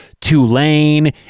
Tulane